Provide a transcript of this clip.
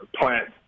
plant